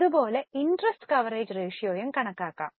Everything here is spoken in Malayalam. ഇതു പോലെ ഇന്ട്രെസ്റ് കവറേജ് റേഷ്യോയും കണക്കാക്കാം